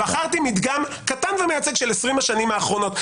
בחרתי מדגם קטן ומייצג של 20 השנים האחרונות.